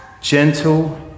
gentle